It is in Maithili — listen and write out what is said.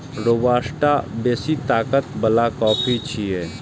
रोबास्टा बेसी ताकत बला कॉफी छियै